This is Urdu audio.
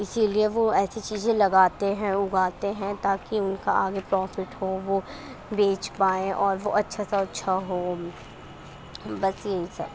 اسی لیے وہ ایسی چیزیں لگاتے ہیں اگاتے ہیں تاکہ ان کا آگے پروفٹ ہو وہ بیچ پائیں اور وہ اچھا سے اچھا ہو بس یہی سر